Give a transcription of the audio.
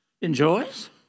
enjoys